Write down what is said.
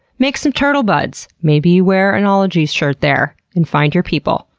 make some turtle buds. maybe wear an ologies shirt there and find your people!